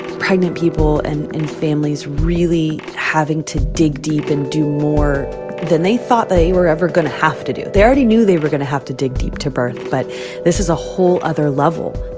pregnant people and and families really having to dig deep and do more than they thought they were ever going to have to do. they already knew they were gonna have to dig deep to birth. but this is a whole other level